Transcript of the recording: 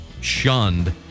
shunned